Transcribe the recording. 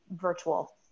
virtual